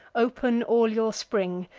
open all your spring!